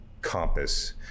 compass